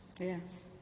Yes